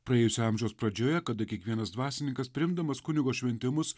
praėjusio amžiaus pradžioje kada kiekvienas dvasininkas priimdamas kunigo šventimus